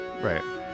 right